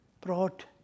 brought